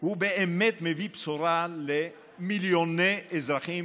באמת מביא בשורה למיליוני אזרחים